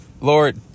lord